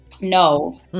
No